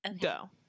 Go